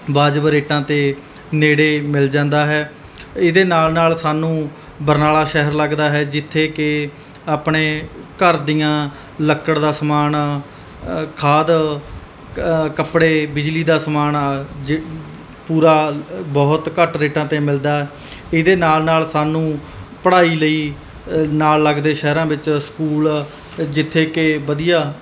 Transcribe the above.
ਵਾਜਬ ਰੇਟਾਂ 'ਤੇ ਨੇੜੇ ਮਿਲ ਜਾਂਦਾ ਹੈ ਇਹਦੇ ਨਾਲ ਨਾਲ ਸਾਨੂੰ ਬਰਨਾਲਾ ਸ਼ਹਿਰ ਲੱਗਦਾ ਹੈ ਜਿੱਥੇ ਕਿ ਆਪਣੇ ਘਰ ਦੀਆਂ ਲੱਕੜ ਦਾ ਸਮਾਨ ਖਾਦ ਕੱਪੜੇ ਬਿਜਲੀ ਦਾ ਸਮਾਨ ਜ ਪੂਰਾ ਬਹੁਤ ਘੱਟ ਰੇਟਾਂ 'ਤੇ ਮਿਲਦਾ ਇਹਦੇ ਨਾਲ ਨਾਲ ਸਾਨੂੰ ਪੜ੍ਹਾਈ ਲਈ ਨਾਲ ਲੱਗਦੇ ਸ਼ਹਿਰਾਂ ਵਿੱਚ ਸਕੂਲ ਜਿੱਥੇ ਕਿ ਵਧੀਆ